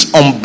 on